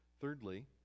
thirdly